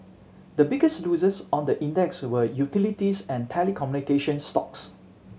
the biggest losers on the index were utilities and telecommunication stocks